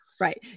right